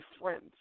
friends